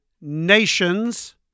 Nations